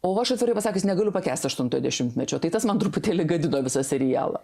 o aš atvirai pasakius negaliu pakęsti aštuntojo dešimtmečio tai tas man truputėlį gadino visą serialą